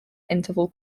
interval